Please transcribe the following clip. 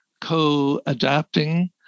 co-adapting